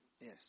Yes